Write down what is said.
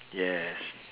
yes